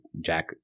Jack